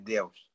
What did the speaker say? Deus